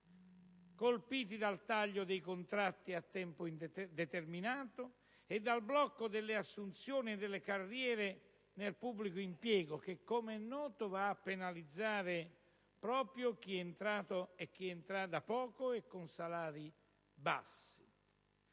colpiti dal taglio dei contratti a tempo determinato e dal blocco delle assunzioni e delle carriere nel pubblico impiego che, come noto, va a penalizzare proprio chi è entrato da poco e con salari bassi.